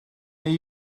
neu